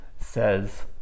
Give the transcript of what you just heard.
says